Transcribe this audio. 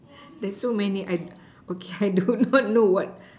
there's so many I I do not know what